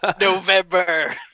November